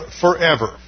forever